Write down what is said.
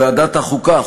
ועדת החוקה,